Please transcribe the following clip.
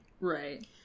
Right